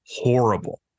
horrible